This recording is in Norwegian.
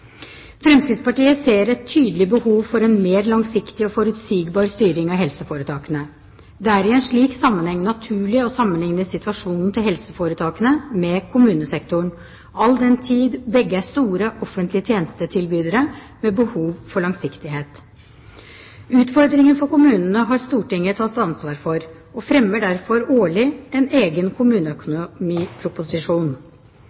Fremskrittspartiet ser et tydelig behov for en mer langsiktig og forutsigbar styring i helseforetakene. Det er i en slik sammenheng naturlig å sammenligne situasjonen til helseforetakene med kommunesektoren, all den tid begge er store offentlige tjenestetilbydere med behov for langsiktighet. Utfordringen for kommunene har Stortinget tatt ansvaret for, og fremmer derfor årlig en egen